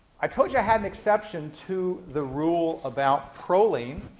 i told you i had an exception to the rule about proline